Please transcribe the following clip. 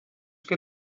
que